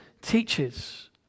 teaches